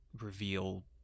reveal